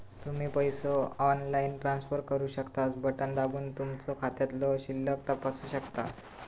तुम्ही पसो online transfer करू शकतास, बटण दाबून तुमचो खात्यातलो शिल्लक तपासू शकतास